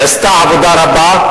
נעשתה עבודה רבה.